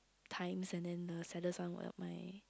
times and the saddest was my